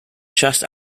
just